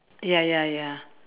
ya ya ya